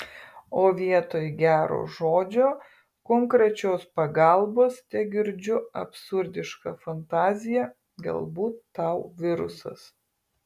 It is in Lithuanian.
o vietoj gero žodžio konkrečios pagalbos tegirdžiu absurdišką fantaziją galbūt tau virusas